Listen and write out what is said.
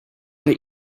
the